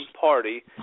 Party